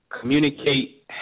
communicate